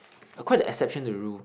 are quite the exception the rule